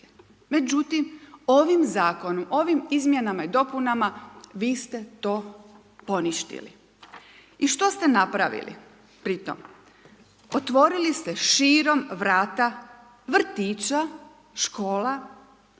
Međutim, ovim Zakonom, ovim izmjenama i dopunama vi ste to poništili. I što ste napravili pri tom? Otvorili ste širom vrata vrtića, škola,